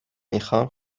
میخان